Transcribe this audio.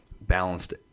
balanced